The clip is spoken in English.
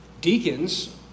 deacons